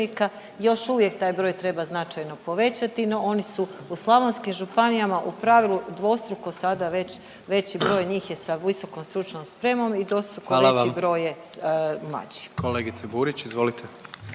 još uvijek taj broj treba značajno povećati, no, oni su u slavonskim županijama u pravilu dvostruko sada već veći broj njih je sa visokom stručnom spremnom i dvostruko veći … .../Upadica: Hvala